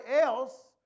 else